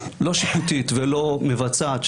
לא שיפוטית ולא מבצעת,